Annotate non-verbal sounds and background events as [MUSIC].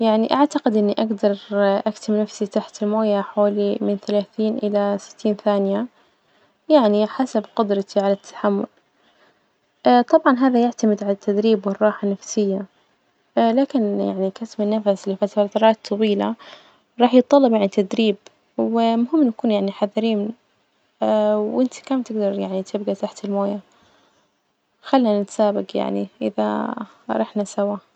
يعني أعتقد إني أجدر أكتم نفسي تحت الموية حوالي من ثلاثين إلى ستين ثانية، يعني حسب قدرتي على التحمل [HESITATION] طبعا هذا يعتمد على التدريب والراحة النفسية [HESITATION] لكن يعني كسب النفس لفترات طويلة راح يتطلب يعني تدريب، ومهم نكون يعني حذرين [HESITATION] وإنتي كم تجدر يعني تبجى تحت الموية? خلنا نتسابج يعني إذا رحنا سوا.